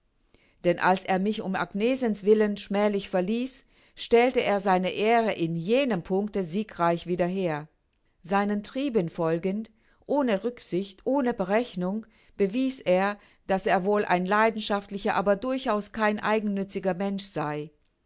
denn als er mich um agnesens willen schmählich verließ stellte er seine ehre in jenem puncte siegreich wieder her seinen trieben folgend ohne rücksicht ohne berechnung bewies er daß er wohl ein leidenschaftlicher aber durchaus kein eigennütziger mensch sei